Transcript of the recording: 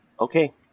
Okay